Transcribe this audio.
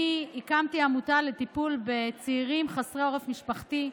אני הקמתי עמותה לטיפול בצעירים חסרי עורף משפחתי.